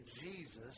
Jesus